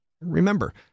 Remember